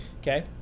okay